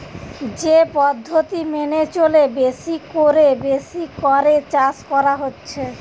যে পদ্ধতি মেনে চলে বেশি কোরে বেশি করে চাষ করা হচ্ছে